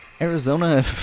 Arizona